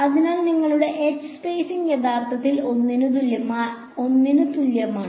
അതിനാൽ നിങ്ങളുടെ h spacing യഥാർത്ഥത്തിൽ 1 ന് തുല്യമാണ്